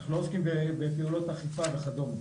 אנחנו לא עוסקים בפעולות אכיפה וכדומה,